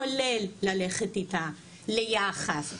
כולל ללכת איתה ליח"ס,